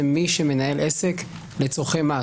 וזה מי שמנהל עסק לצורכי מס.